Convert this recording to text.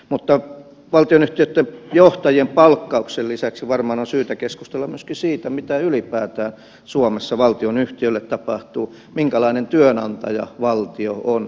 mutta valtionyhtiöitten johtajien palkkauksen lisäksi varmaan on syytä keskustella myöskin siitä mitä ylipäätään suomessa valtionyhtiöille tapahtuu minkälainen työnantaja valtio on